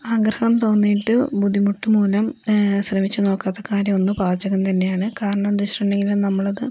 ആഗ്രഹം തോന്നിയിട്ട് ബുദ്ധിമുട്ട് മൂലം ശ്രമിച്ച് നോക്കാത്ത കാര്യം ഒന്ന് പാചകം തന്നെയാണ് കാരണമെന്താ വച്ചിട്ടുണ്ടെങ്കിൽ നമ്മളത്